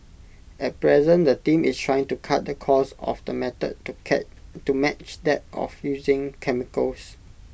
at present the team is trying to cut the cost of the method to match that of using chemicals